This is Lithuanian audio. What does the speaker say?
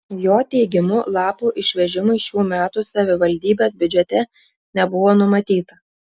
jo teigimu lapų išvežimui šių metų savivaldybės biudžete nebuvo numatyta